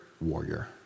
warrior